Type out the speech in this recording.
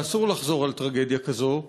ואסור לחזור על טרגדיה כזאת.